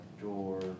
door